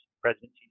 president